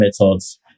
methods